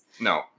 No